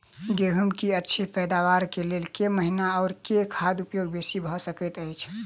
गेंहूँ की अछि पैदावार केँ लेल केँ महीना आ केँ खाद उपयोगी बेसी भऽ सकैत अछि?